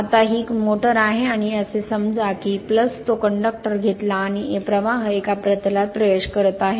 आता ही एक मोटार आहे आणि असे समजा की आपण तो कंडक्टर घेतला आणि प्रवाह एका प्रतलात प्रवेश करत आहे